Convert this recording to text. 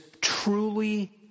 truly